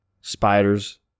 spiders